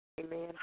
Amen